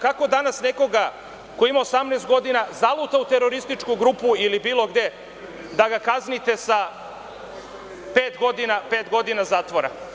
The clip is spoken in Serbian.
Kako danas nekoga ko ima 18 godina, zaluta u terorističku grupu ili bilo gde, da ga kaznite sa pet godina zatvora?